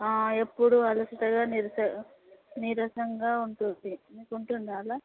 ఎప్పడూ అలసటగా నిరస నీరసంగా ఉంటుంది మీకు ఉంటుందా అలా